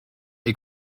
est